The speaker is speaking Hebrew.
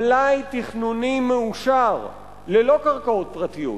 מלאי תכנוני מאושר, ללא קרקעות פרטיות.